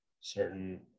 certain